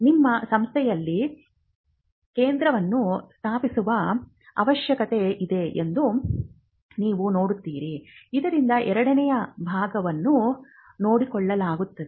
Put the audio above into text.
ನಿಮ್ಮ ಸಂಸ್ಥೆಯಲ್ಲಿ ಕೇಂದ್ರವನ್ನು ಸ್ಥಾಪಿಸುವ ಅವಶ್ಯಕತೆ ಇದೆ ಎಂದು ನೀವು ನೋಡುತ್ತೀರಿ ಇದರಿಂದ ಎರಡನೇ ಭಾಗವನ್ನು ನೋಡಿಕೊಳ್ಳಲಾಗುತ್ತದೆ